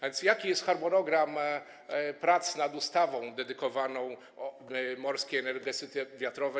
A więc jaki jest harmonogram prac nad ustawą dedykowaną morskiej energetyce wiatrowej?